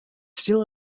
still